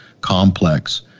complex